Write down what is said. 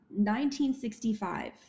1965